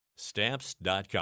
Stamps.com